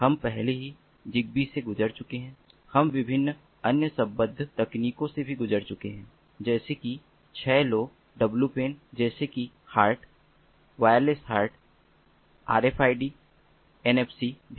हम पहले ही ज़ीगबी से गुजर चुके हैं हम विभिन्न अन्य संबद्ध तकनीकों से भी गुजरे हैं जैसे कि 6LoWPAN जैसे कि HART wireless HART R F I D और एन एफ सी भी